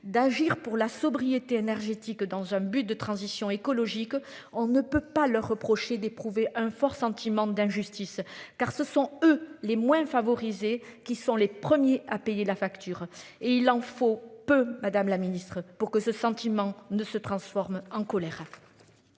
d'agir pour la sobriété énergétique dans un but de transition écologique. On ne peut pas leur reprocher d'éprouver un fort sentiment d'injustice car ce sont eux les moins favorisés qui sont les premiers à payer la facture et il en faut peu madame la Ministre, pour que ce sentiment ne se transforme en colère.